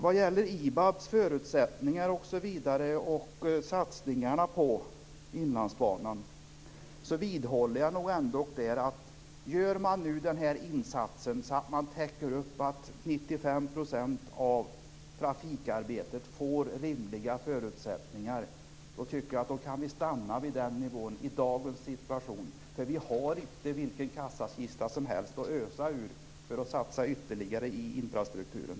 Vad gäller IBAB:s förutsättningar och satsningarna på Inlandsbanan vidhåller jag ändå att om man gör den insatsen att man täcker upp att 95 % av trafikarbetet får rimliga förutsättningar, kan vi stanna vid den nivån i dagens situation. Vi har ju inte en hur stor kassakista som helst att ösa ur för att satsa ytterligare i infrastrukturen.